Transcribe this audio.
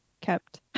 kept